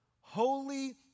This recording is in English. holy